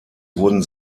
wurden